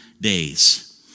days